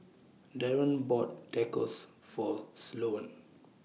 Darren bought Tacos For Sloane